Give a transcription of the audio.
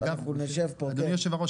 אדוני יושב הראש,